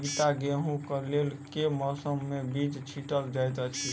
आगिता गेंहूँ कऽ लेल केँ मौसम मे बीज छिटल जाइत अछि?